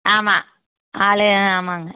ஆமாம் ஆள் ம் ஆமாங்க